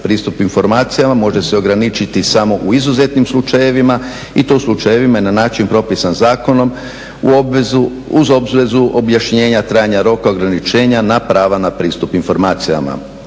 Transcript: Pristup informacijama može se ograničiti samo u izuzetnim slučajevima i to u slučajevima na način propisan zakonom uz obvezu objašnjenja trajanja roka ograničenja na prava na pristup informacijama.